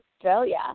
Australia